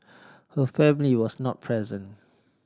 her family was not present